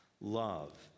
love